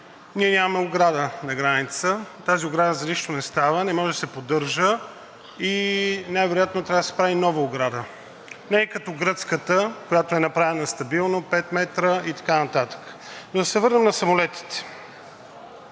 ние нямаме ограда на границата. Тази ограда за нищо не става, не може да се поддържа и най-вероятно трябва да се прави нова ограда. Не е като гръцката, която е направена стабилно, пет метра и така нататък. Да се върнем на самолетите.